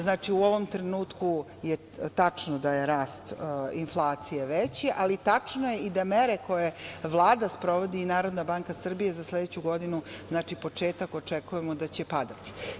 Znači, u ovom trenutku je tačno da je rast inflacije veći, ali tačno je i da mere koje Vlada sprovodi i Narodna banka Srbije za sledeću godinu, znači, početak, očekujemo da će padati.